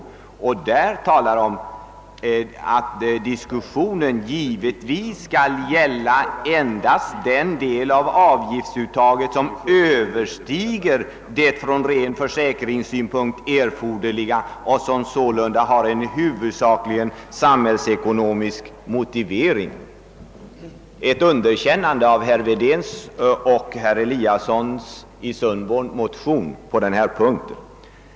Där skriver reservanterna att, »vad beträffar avgiftsuttagets storlek, denna diskussion givetvis skall gälla endast den del av avgiftsuttaget som överstiger det från ren försäkringssynpunkt erforderliga och som sålunda har en huvudsakligen samhällsekonomisk motivering». Detta är alltså ett underkännande av herrar "Wedéns och Eliassons i Sundborn motion i detta ärende.